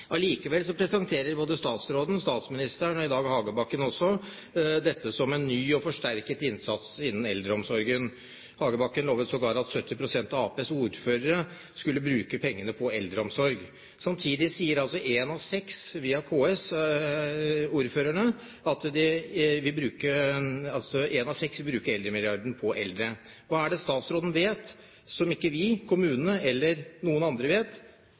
Likevel presenterer både statsråden, statsministeren, og i dag også Hagebakken, dette som en ny og forsterket innsats innen eldreomsorgen. Hagebakken lovet sågar at 70 pst. av Arbeiderpartiets ordførere skulle bruke pengene på eldreomsorg. Samtidig sier altså én av seks ordførere, via KS, at de vil bruke eldremilliarden på eldre. Hva er det statsråden vet som ikke vi, kommunene eller noen andre